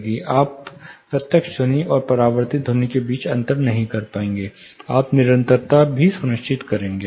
आप प्रत्यक्ष ध्वनि और परावर्तित ध्वनि के बीच अंतर नहीं कर पाएंगे आप निरंतरता भी सुनिश्चित करेंगे